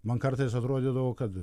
man kartais atrodydavo kad